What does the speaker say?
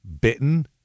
bitten